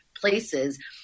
places